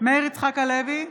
מאיר יצחק הלוי,